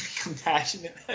compassionate